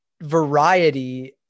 variety